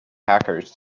hackers